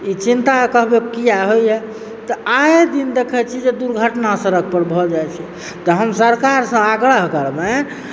चिन्ता कहबै किआ होइए तऽ आय दिन दखैत छी दुर्घटना सड़क पर भऽ जाइ छै तऽ हम सरकारसँ आग्रह करबनि